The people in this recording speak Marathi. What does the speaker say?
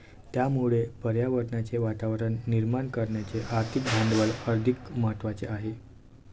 त्यामुळे पर्यावरणाचे वातावरण निर्माण करण्याचे आर्थिक भांडवल अधिक महत्त्वाचे आहे